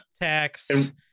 tax